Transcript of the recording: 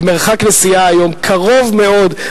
מרחק נסיעה היום קרוב מאוד.